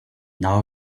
now